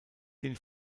den